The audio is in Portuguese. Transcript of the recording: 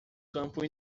campo